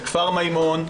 בכפר מימון,